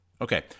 Okay